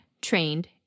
trained